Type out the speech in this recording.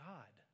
God